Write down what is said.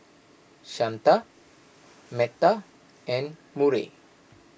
Shanta Metta and Murray